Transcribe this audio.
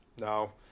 No